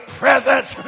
presence